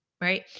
Right